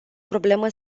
problemă